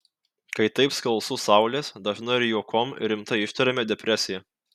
kai taip skalsu saulės dažnai ir juokom ir rimtai ištariame depresija